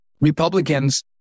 Republicans